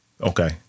Okay